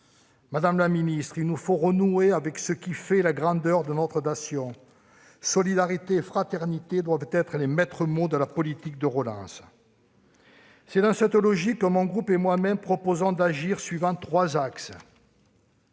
Madame la ministre, il nous faut renouer avec ce qui fait la grandeur de notre nation. Solidarité et fraternité doivent être les maîtres mots de la politique de relance. C'est dans cette logique que le groupe Socialiste, Écologiste et Républicain et moi-même proposons d'agir suivant trois axes.